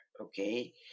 okay